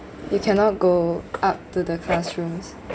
you cannot go up to the classrooms